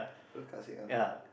World Cup sing~ uh